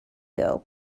girl